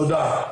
תודה.